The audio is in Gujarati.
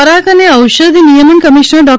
ખોરાક અને ઔષધ નિયમન કમિશ્નર ડૉ